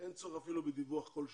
אין צורך אפילו בדיווח כל שנה,